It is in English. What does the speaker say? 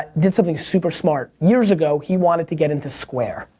did something super smart. years ago he wanted to get into square,